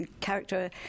character